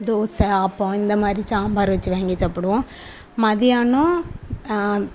தோசை ஆப்பம் இந்த மாதிரி சாம்பார் வச்சு வாங்கி சாப்பிடுவோம் மதியானம்